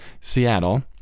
seattle